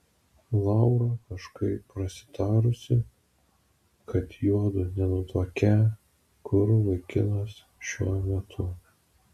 laura kažkaip prasitarusi kad juodu nenutuokią kur vaikinas šiuo metu